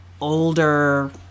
older